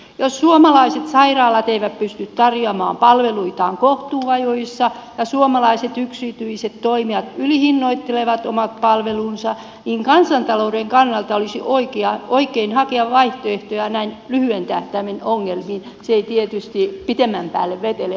jos suomalaiset sairaalat eivät pysty tarjoamaan palveluitaan kohtuuajassa ja suomalaiset yksityiset toimijat ylihinnoittelevat omat palvelunsa niin kansantalouden kannalta olisi oikein hakea vaihtoehtoja näin lyhyen tähtäimen ongelmiin se ei tietysti pitemmän päälle vetele